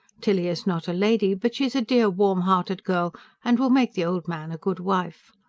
tilly is not a lady but she's a dear, warm-hearted girl and will make the old man a good wife.